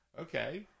okay